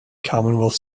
commonwealth